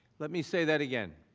let me say that again.